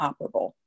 operable